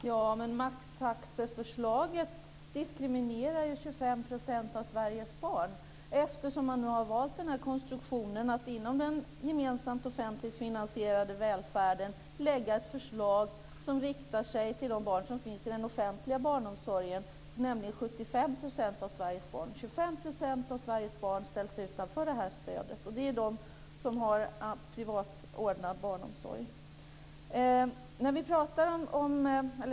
Fru talman! Maxtaxeförslaget diskriminerar 25 % av Sveriges barn. Man har ju valt konstruktionen att inom den gemensamt och offentligt finansierade välfärden lägga fram ett förslag som riktar sig till de barn som finns i den offentliga barnomsorgen, nämligen 75 % av Sveriges barn. Men 25 % av Sveriges barn ställs utanför detta stöd, och det är barnen som har privat ordnad barnomsorg.